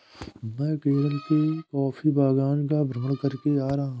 मैं केरल के कॉफी बागान का भ्रमण करके आ रहा हूं